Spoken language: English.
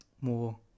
more